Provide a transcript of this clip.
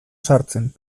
sartzen